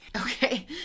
Okay